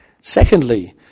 Secondly